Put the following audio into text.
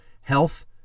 health